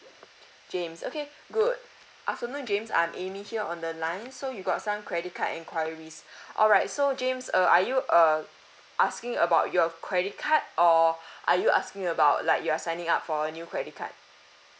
james okay good afternoon james I'm amy here on the line so you got some credit card enquiries alright so james uh are you uh asking about your credit card or are you asking about like you are signing up for a new credit card